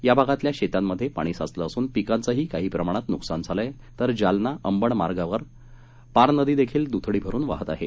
या भागातल्या शेतांमध्ये पाणी साचलं असून पिकांचंही काही प्रमाणात नुकसान झालं आहे तर जालना अंबड मार्गावरील पारनदीदेखील दुथडी भरून वाहत आहे